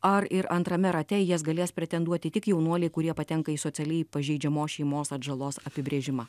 ar ir antrame rate į jas galės pretenduoti tik jaunuoliai kurie patenka į socialiai pažeidžiamos šeimos atžalos apibrėžimą